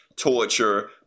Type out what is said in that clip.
torture